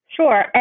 Sure